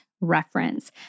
Reference